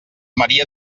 maria